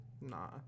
Nah